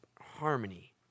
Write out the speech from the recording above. harmony